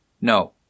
No